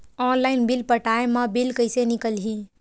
Online bill पटाय मा bill कइसे निकलही?